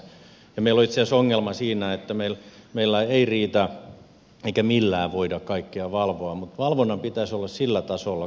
meillä on itse asiassa ongelma siinä että meillä eivät riitä resurssit eikä millään voida kaikkea valvoa mutta kalastuksen valvonnan pitäisi olla sillä tasolla